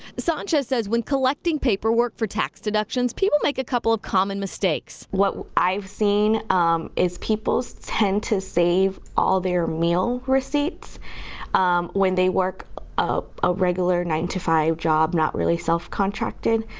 sanchez says when collecting paperwork for tax deductions, people make a couple of common mistakes. what i've seen is people tend to save all their meal receipts when they work a regular nine to five job, not really self-contracted.